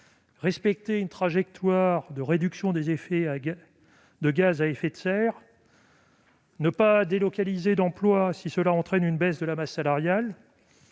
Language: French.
respecter une trajectoire de réduction des émissions de gaz à effet de serre ; ne pas délocaliser d'emploi si cela entraîne une baisse de la masse salariale